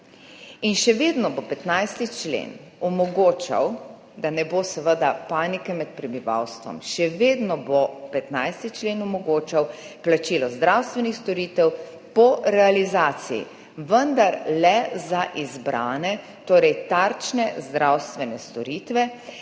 to. Še vedno bo 15. člen omogočal – da ne bo panike med prebivalstvom – še vedno bo 15. člen omogočal plačilo zdravstvenih storitev po realizaciji, vendar le za izbrane, torej tarčne zdravstvene storitve,